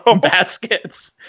baskets